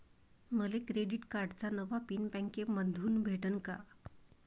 मले क्रेडिट कार्डाचा नवा पिन बँकेमंधून भेटन का?